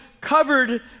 covered